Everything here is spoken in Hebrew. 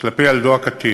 כלפי ילדו הקטין.